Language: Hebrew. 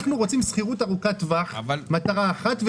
אנחנו רוצים שכירות ארוכת טווח שזאת מטרה אחת,